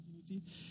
opportunity